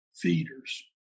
feeders